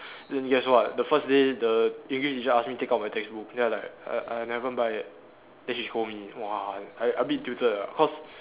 then guess what the first day the English teacher ask me take out my textbook then I like I I haven't buy yet then she scold me !wah! I I a bit tilted lah cause